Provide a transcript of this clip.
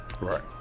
Right